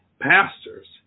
pastors